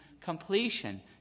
completion